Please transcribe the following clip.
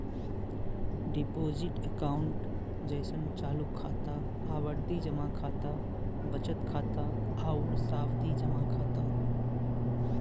deposit account जइसे चालू खाता, आवर्ती जमा खाता, बचत खाता आउर सावधि जमा खाता